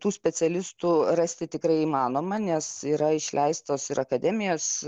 tų specialistų rasti tikrai įmanoma nes yra išleistos ir akademijos